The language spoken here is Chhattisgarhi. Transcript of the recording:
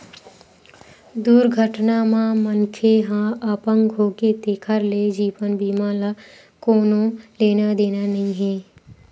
दुरघटना म मनखे ह अपंग होगे तेखर ले जीवन बीमा ल कोनो लेना देना नइ हे